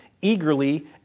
eagerly